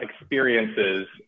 experiences